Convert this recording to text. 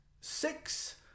six